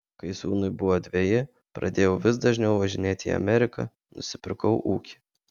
kai sūnui buvo dveji pradėjau vis dažniau važinėti į ameriką nusipirkau ūkį